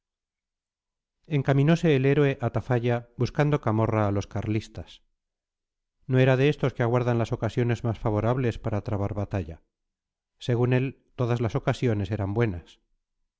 inexorabilis acer encaminose el héroe a tafalla buscando camorra a los carlistas no era de estos que aguardan las ocasiones más favorables para trabar batalla según él todas las ocasiones eran buenas